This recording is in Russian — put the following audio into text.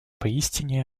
поистине